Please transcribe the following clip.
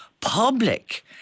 public